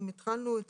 אם התחלנו,